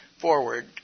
forward